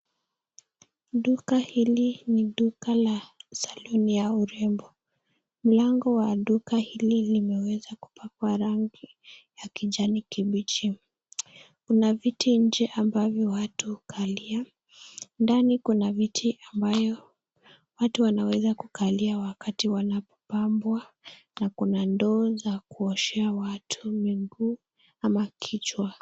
Duka hili ni duka la saluni au urembo. Mlango wa duka hili limeweza kupakwa rangi ya kijani kibichi. Kuna viti nje ambavyo watu hukalia. Ndani kuna viti ambayo watu wanaweza kukalia wakati wanapopambwa na kuna ndoo za kuoshea watu miguu ama kichwa.